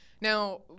Now